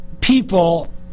people